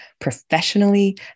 professionally